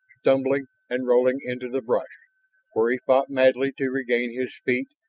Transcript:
stumbling and rolling into the brush where he fought madly to regain his feet,